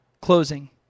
Closing